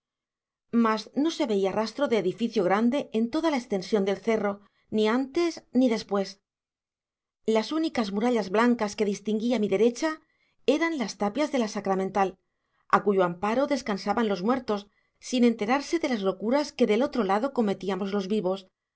mas no se veía rastro de edificio grande en toda la extensión del cerro ni antes ni después las únicas murallas blancas que distinguí a mi derecha eran las tapias de la sacramental a cuyo amparo descansaban los muertos sin enterarse de las locuras que del otro lado cometíamos los vivos